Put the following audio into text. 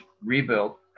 rebuilt